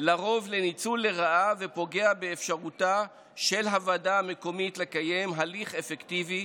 לרוב לניצול לרעה ופוגע באפשרותה של הוועדה המקומית לקיים הליך אפקטיבי,